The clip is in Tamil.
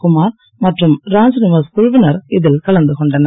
குமார் மற்றும் ராஜ்நிவாஸ் குழுவினர் இதில் கலந்து கொண்டனர்